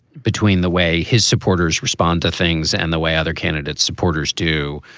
between the way his supporters respond to things and the way other candidates supporters do.